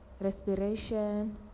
respiration